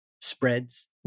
spreads